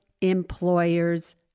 employer's